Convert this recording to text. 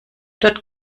dort